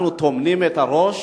אנחנו טומנים את הראש